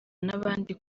n’abandi